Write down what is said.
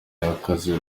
akaze